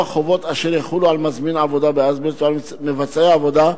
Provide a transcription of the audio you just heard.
חובות אשר יחולו על מזמין עבודה באזבסט ועל מבצעי העבודה,